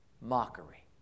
mockery